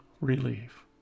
relief